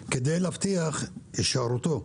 הרי רוצים להבטיח את הישארותו.